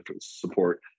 support